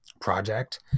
project